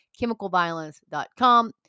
chemicalviolence.com